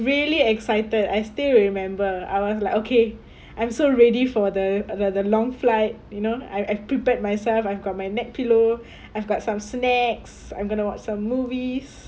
really excited I still remember I was like okay I'm so ready for the the the long flight you know I am prepared myself I've got my neck pillow I've got some snacks I'm gonna watch some movies